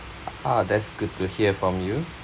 ah that's good to hear from you